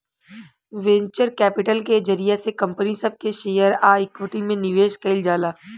venture capital के जरिया से कंपनी सब के शेयर आ इक्विटी में निवेश कईल जाला